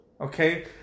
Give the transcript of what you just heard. okay